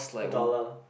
a dollar